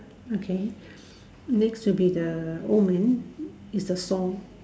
okay next will be the old man is the floor